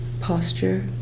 posture